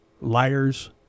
liars